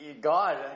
God